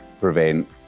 prevent